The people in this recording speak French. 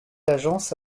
agence